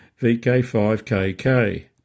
VK5KK